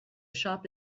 shop